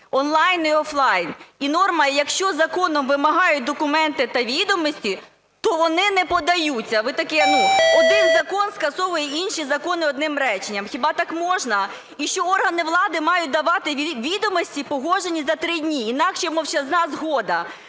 онлайн і офлайн. І норма, якщо законом вимагають документи та відомості, то вони не подаються. Ви таке… Ну один закон скасовує інші закони одним реченням. Хіба так можна? І, що органи влади мають давати відомості погоджені за три дні інакше мовчазна згода.